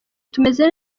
tumeze